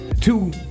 Two